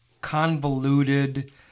convoluted